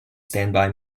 standby